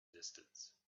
distance